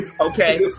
Okay